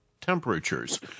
temperatures